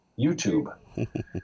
YouTube